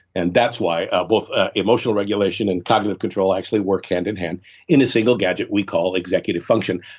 and that's why ah both emotional regulation and cognitive control actually work hand-in-hand in a single gadget we call executive function.